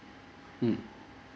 mm